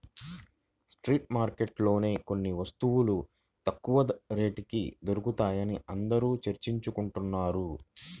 street మార్కెట్లలోనే కొన్ని వస్తువులు తక్కువ రేటుకి దొరుకుతాయని అందరూ చర్చించుకుంటున్నారు